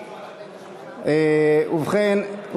ובכן,